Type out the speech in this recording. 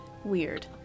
Weird